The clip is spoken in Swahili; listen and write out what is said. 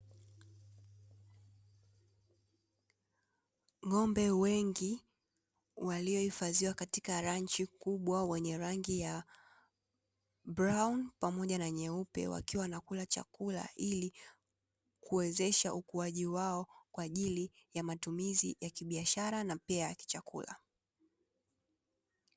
Ng'ombe wengi waliohifadhiwa katia lanchi kubwa wenye rangi ya brauni pamoja na nyeupe wakiwa wanakula chakula ili kuwezesha ukuaji wao kwa ajili ya matumizi ya kibiashara na pia ya kichakula.